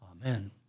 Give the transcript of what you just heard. Amen